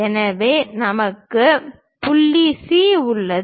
எனவே நமக்கு புள்ளி C உள்ளது